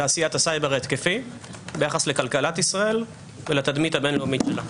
לתעשיית הסייבר ההתקפי ביחס לכלכלת ישראל ולתדמית הבין-לאומית שלה.